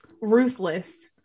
ruthless